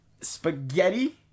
Spaghetti